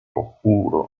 juro